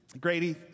Grady